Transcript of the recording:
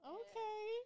okay